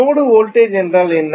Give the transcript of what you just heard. node voltage என்றால் என்ன